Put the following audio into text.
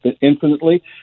infinitely